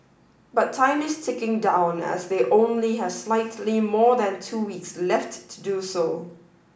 but time is ticking down as they only have slightly more than two weeks left to do so